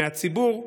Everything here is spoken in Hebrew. מהציבור.